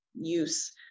use